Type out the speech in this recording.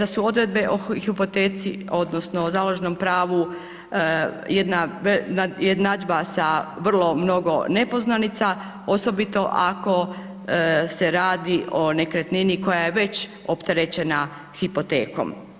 da su odredbe o hipoteci odnosno založnom pravu jedna jednadžba sa vrlo mnogo nepoznanica, osobito ako se radi o nekretnini koja je već opterećena hipotekom.